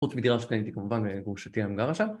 חוץ מדירה שקניתי כמובן, אה, גרושתי היום גרה שם